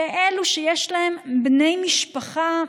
לאלה שיש להם בני משפחה,